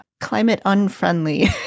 climate-unfriendly